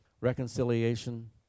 reconciliation